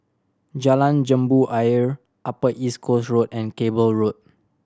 Jalan Jambu Ayer Upper East Coast Road and Cable Road